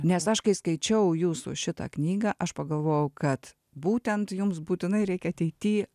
nes aš kai skaičiau jūsų šitą knygą aš pagalvojau kad būtent jums būtinai reikia ateity